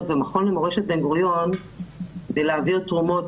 ולמכון למורשת בן-גוריון בלהעביר תרומות,